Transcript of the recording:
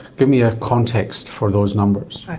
give me a context for those numbers. okay.